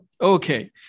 Okay